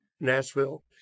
Nashville